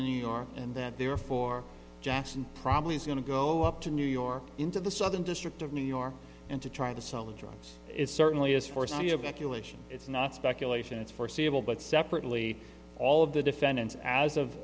new york and that therefore jackson probably is going to go up to new york into the southern district of new york and to try to sell the drugs is certainly is foreseeable kulish it's not speculation it's foreseeable but separately all of the defendants as of